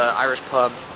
ah irish pub